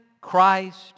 Christ